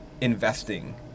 investing